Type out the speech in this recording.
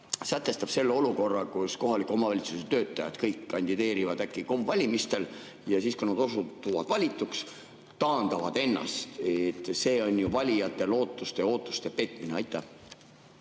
sätestab selle olukorra, kus kohaliku omavalitsuse töötajad kõik kandideerivad äkki KOV‑i valimistel ja siis, kui nad osutuvad valituks, taandavad ennast. See on ju valijate lootuste ja ootuste petmine. Aitäh,